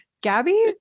Gabby